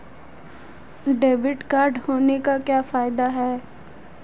Debit card होने के क्या फायदे हैं?